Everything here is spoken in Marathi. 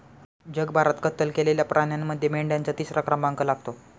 जगभरात कत्तल केलेल्या प्राण्यांमध्ये मेंढ्यांचा तिसरा क्रमांक लागतो